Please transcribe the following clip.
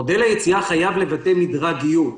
מודל היציאה חייב לבטא מדרגיות.